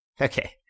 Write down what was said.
Okay